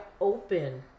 open